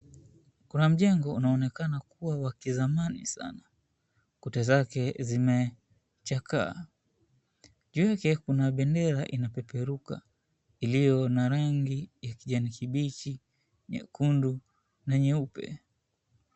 Kuna mjengo unaonekana kuwa wa kizamani sana, kuta zake zimechakaa, juu yake kuna bendera inapeperuka iliyo na rangi ya kijani kibichi, nyekundu na nyeupe.